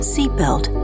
Seatbelt